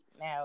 now